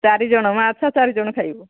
ଚାରି ଜଣ ମା ଛୁଆ ଚାରି ଜଣ ଖାଇବୁ